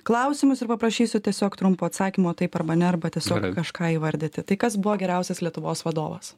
klausimus ir paprašysiu tiesiog trumpo atsakymo taip arba ne arba tiesiog kažką įvardyti tai kas buvo geriausias lietuvos vadovas